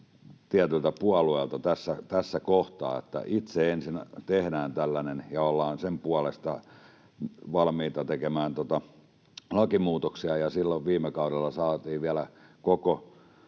tietyltä puolueelta tässä kohtaa se, että itse ensin tehdään tällainen ja ollaan sen puolesta valmiita tekemään lakimuutoksia. Ja silloin viime kaudella saatiin vielä koko